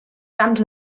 camps